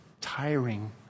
tiring